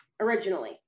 originally